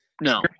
no